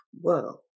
world